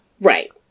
right